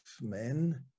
men